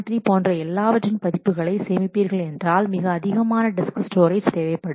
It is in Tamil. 3 போன்ற எல்லாவற்றின் பதிப்புகளை சேமிப்பீர்கள் என்றால் மிக அதிகமான டிஸ்க் ஸ்டோரேஜ் தேவைப்படும்